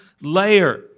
layer